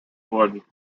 worden